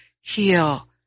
heal